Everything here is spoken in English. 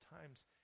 times